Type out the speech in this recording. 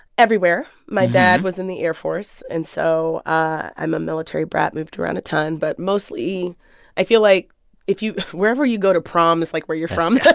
everywhere. my dad was in the air force, and so i'm a military brat, moved around a ton. but mostly i feel like if you wherever you go to prom is, like, where you're from but